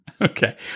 Okay